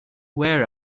wear